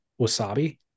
wasabi